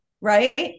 right